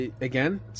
Again